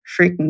freaking